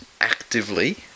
actively